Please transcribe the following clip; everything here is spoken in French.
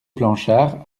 planchards